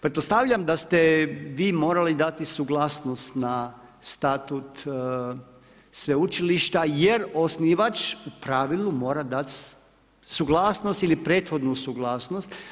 Pretpostavljam da ste vi morali dati suglasnost na statut sveučilišta jer osnivač, u pravilu, mora dati suglasnost ili prethodnu suglasnost.